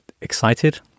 excited